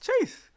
Chase